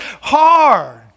hard